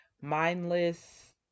mindless